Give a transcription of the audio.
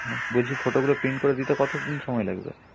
হ্যাঁ বলছি ফটোগুলো প্রিন্ট করে দিতে কতদিন সময় লাগবে